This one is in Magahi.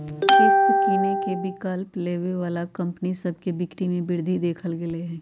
किस्त किनेके विकल्प देबऐ बला कंपनि सभ के बिक्री में वृद्धि देखल गेल हइ